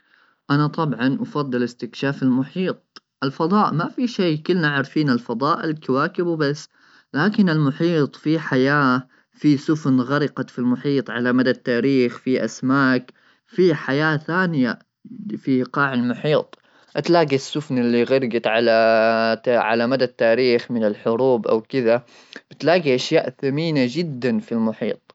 انا طبعا افضل استكشاف المحيط ,الفضاء ما في شيء كلنا عارفين الفضاء الكواكب وبس ,لكن المحيط في حياه في سفن غرقت في المحيط على مدى التاريخ في اسماك في حياه ثانيه في قاع المحيط تلاقي السفن اللي غرقت على مدى التاريخ من الحروب او كذا بتلاقي اشياء ثمينه جدا في المحيط.